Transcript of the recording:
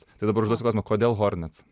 tai dabar užduosiu klausimą kodėl hornets